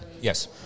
Yes